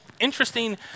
interesting